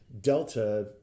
Delta